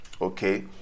okay